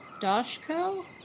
Doshko